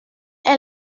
est